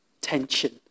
tension